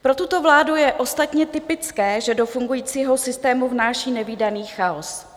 Pro tuto vládu je ostatně typické, že do fungujícího systému vnáší nevídaný chaos.